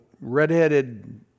redheaded